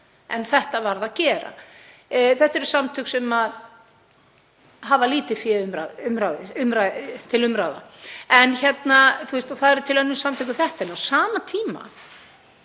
En þetta varð að gera. Þetta eru samtök sem hafa lítið fé til umráða og það eru til önnur samtök en þessi. En á sama tíma